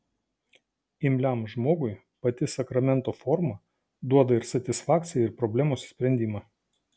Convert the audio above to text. imliam žmogui pati sakramento forma duoda ir satisfakciją ir problemos sprendimą